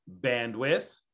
bandwidth